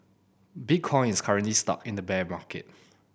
bitcoin is currently stuck in a bear market